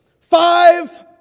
Five